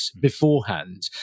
beforehand